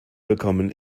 bekommen